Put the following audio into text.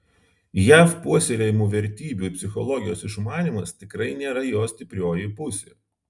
jav puoselėjamų vertybių ir psichologijos išmanymas tikrai nėra jo stiprioji pusė